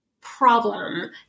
problem